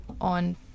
on